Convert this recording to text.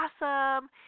awesome